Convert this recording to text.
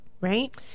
Right